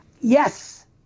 Yes